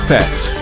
Pets